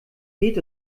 geht